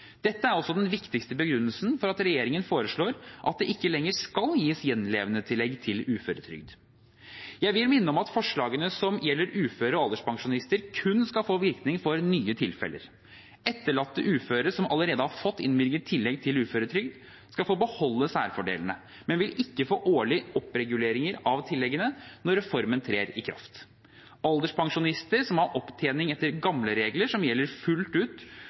Dette er også den viktigste begrunnelsen for at regjeringen foreslår at det ikke lenger skal gis gjenlevendetillegg til uføretrygd. Jeg vil minne om at forslagene som gjelder uføre og alderspensjonister, kun skal få virkning for nye tilfeller. Etterlatte uføre som allerede har fått innvilget tillegg til uføretrygd, skal få beholde særfordelene, men vil ikke få årlige oppreguleringer av tilleggene når reformen trer i kraft. Alderspensjonister som har opptjening etter gamle regler, som gjelder fullt ut